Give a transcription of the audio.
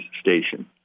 station